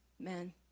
Amen